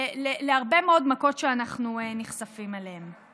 להרבה מאוד מכות שאנחנו נחשפים אליהן.